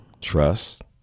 trust